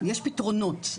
יש פתרונות.